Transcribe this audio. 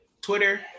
Twitter